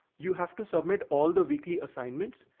you have to submit all the weekly assignments,